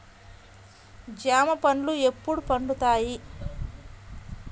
జామ పండ్లు ఎప్పుడు పండుతాయి?